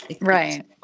Right